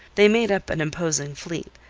they made up an imposing fleet,